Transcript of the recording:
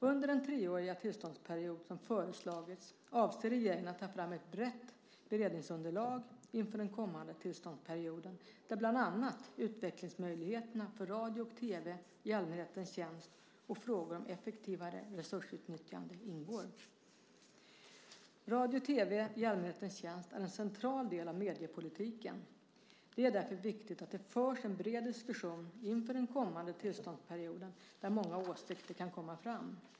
Under den treåriga tillståndsperiod som föreslagits avser regeringen att ta fram ett brett beredningsunderlag inför den efterkommande tillståndsperioden där bland annat utvecklingsmöjligheterna för radio och tv i allmänhetens tjänst och frågor om effektivare resursutnyttjande ingår. Radio och tv i allmänhetens tjänst är en central del av mediepolitiken. Det är därför viktigt att det förs en bred diskussion inför den kommande tillståndsperioden där många åsikter kan komma fram.